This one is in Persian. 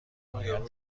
باید